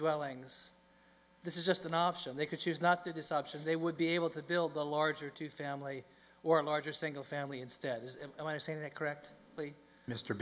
dwellings this is just an option they could choose not to this option they would be able to build a larger two family or larger single family instead is and i say that correct mr